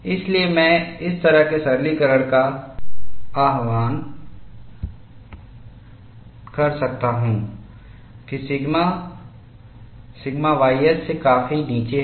इसलिए मैं इस तरह के सरलीकरण का आह्वान कर सकता हूं कि सिग्मा सिग्मा ys से काफी नीचे है